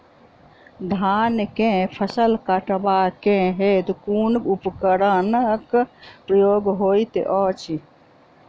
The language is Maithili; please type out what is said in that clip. धान केँ फसल कटवा केँ हेतु कुन उपकरणक प्रयोग होइत अछि?